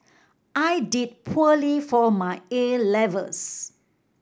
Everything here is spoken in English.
I did poorly for my 'A' levels